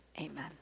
amen